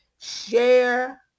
Share